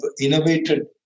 innovated